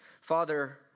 Father